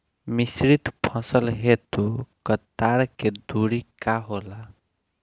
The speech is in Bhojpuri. मिश्रित फसल हेतु कतार के दूरी का होला?